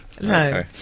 No